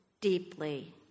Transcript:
deeply